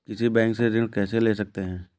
किसी बैंक से ऋण कैसे ले सकते हैं?